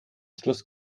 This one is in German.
schluss